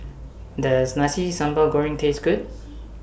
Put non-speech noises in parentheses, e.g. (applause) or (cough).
(noise) Does Nasi Sambal Goreng Taste Good (noise)